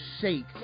shake